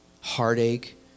heartache